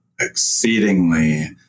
exceedingly